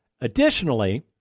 Additionally